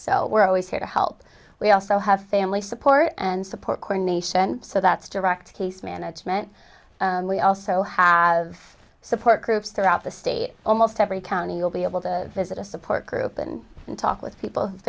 so we're always here to help we also have family support and support coronation so that's direct case management we also have support groups throughout the state almost every county will be able to visit a support group and talk with people who've